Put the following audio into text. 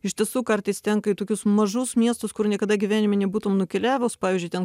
iš tiesų kartais tenka į tokius mažus miestus kur niekada gyvenime nebūtum nukeliavus pavyzdžiui ten